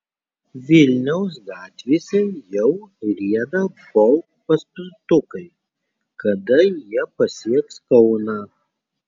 vilniaus gatvėse jau rieda bolt paspirtukai kada jie pasieks kauną